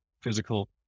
physical